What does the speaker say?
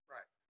Right